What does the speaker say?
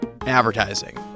advertising